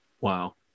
Wow